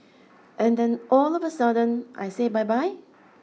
and then all of a sudden I say bye bye